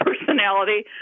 personality